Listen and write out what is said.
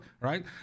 Right